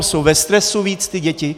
Jsou ve stresu víc ty děti?